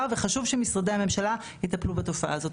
וחשוב שמשרדי הממשלה יטפלו בתופעה הזאת.